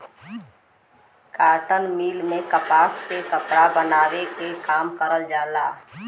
cotton mill में कपास से कपड़ा बनावे के काम करल जाला